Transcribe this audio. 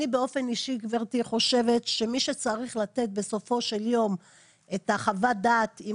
אני באופן אישי חושבת שמי שצריך לתת בסופו של יום את חוות הדעת אם